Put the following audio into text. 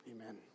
Amen